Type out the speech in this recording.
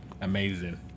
Amazing